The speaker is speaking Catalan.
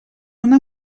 una